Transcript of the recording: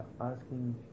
asking